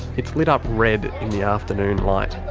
it's lit up red in the afternoon light.